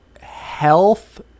health